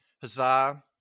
huzzah